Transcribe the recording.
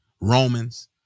Romans